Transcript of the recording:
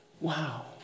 Wow